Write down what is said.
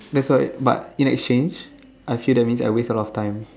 that's why but in exchange I see that means I waste a lot of time